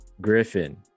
Griffin